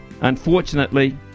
Unfortunately